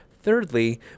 thirdly